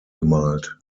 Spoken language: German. gemalt